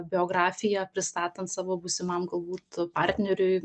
biografiją pristatant savo būsimam galbūt partneriui